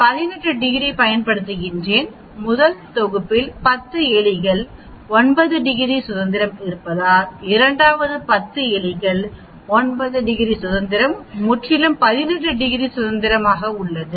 இப்போது நான் 18 டிகிரி பயன்படுத்துகிறேன் முதல் தொகுப்பில் 10 எலிகள் 9 டிகிரி சுதந்திரம் இருப்பதால் இரண்டாவதாக 10 எலிகள் 9 டிகிரி சுதந்திரம் முற்றிலும் 18 டிகிரி சுதந்திரம் உள்ளது